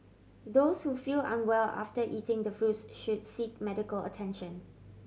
those who feel unwell after eating the fruits should seek medical attention